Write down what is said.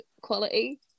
quality